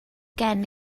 gen